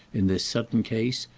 in this sudden case,